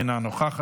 אינו נוכח,